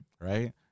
Right